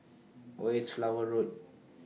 Where IS Flower Road